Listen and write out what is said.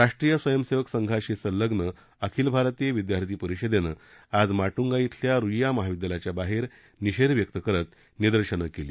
राष्ट्रीय स्वयंसेवक संघाशी संलग्न अखिल भारतीय विदयार्थी परिषदेनं आज माटुंगा इथल्या रुईया महाविदयालयाच्या बाहेर निषेध व्यक्त करत निदर्शनं केली